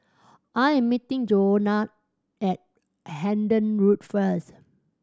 I'm meeting Johannah at Hendon Road first